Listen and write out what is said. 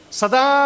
Sada